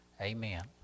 Amen